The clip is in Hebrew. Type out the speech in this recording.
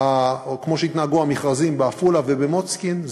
המכרזים בעפולה ובמוצקין,